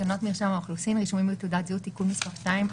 תקנות מרשם האוכלוסין (רישומים בתעודת זהות) (תיקון מס' 2),